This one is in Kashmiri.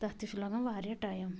تَتھ تہِ چھُ لَگان واریاہ ٹایِم